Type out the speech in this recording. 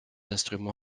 instruments